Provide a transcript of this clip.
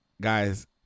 Guys